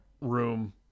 room